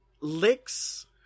licks